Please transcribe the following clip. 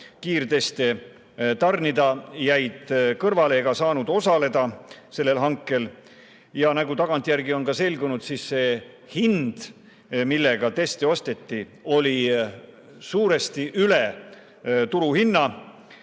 kiirteste tarnima, jäid kõrvale ega saanud osaleda sellel hankel. Nagu tagantjärgi on selgunud, oli see hind, millega teste osteti, suuresti üle turuhinna.